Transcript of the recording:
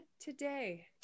today